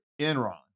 Enron